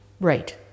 Right